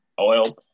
oil